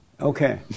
Okay